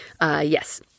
Yes